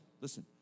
listen